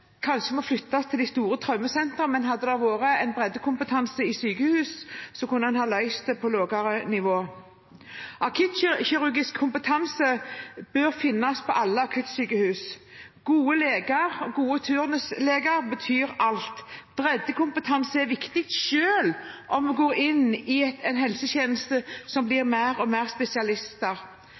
kanskje må flyttes til de store traumesentrene. Men hadde det vært breddekompetanse ved sykehuset, kunne en ha løst det på lavere nivå. Akuttkirurgisk kompetanse bør finnes på alle akuttsykehus. Gode leger, gode turnusleger, betyr alt. Breddekompetanse er viktig selv om vi går inn i en helsetjeneste med flere og flere spesialister.